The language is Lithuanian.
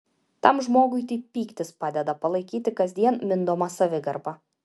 tam žmogui tik pyktis padeda palaikyti kasdien mindomą savigarbą